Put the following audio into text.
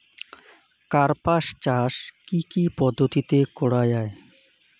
কার্পাস চাষ কী কী পদ্ধতিতে করা য়ায়?